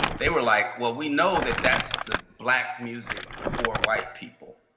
they were like well, we know that that's the black music for white people.